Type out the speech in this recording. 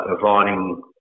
providing